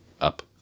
up